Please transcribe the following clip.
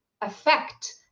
affect